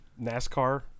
NASCAR